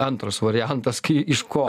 antras variantas kai iš ko